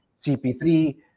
CP3